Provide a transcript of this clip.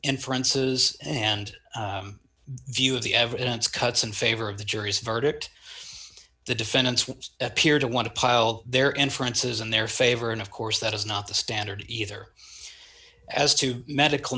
inferences and view of the evidence cuts in favor of the jury's verdict the defendants appear to want to pile their inferences in their favor and of course that is not the standard either as to medical